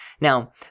Now